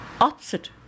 opposite